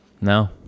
no